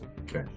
Okay